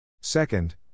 Second